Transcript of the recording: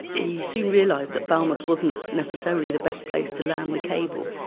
he soon realised that falmouth wasn't necessarily the best place to land the cable,